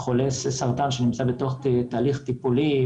חולה סרטן שנמצא בתוך תהליך טיפולי,